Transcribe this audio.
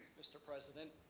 mr. president,